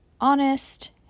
honest